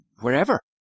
wherever